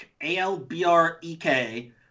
A-L-B-R-E-K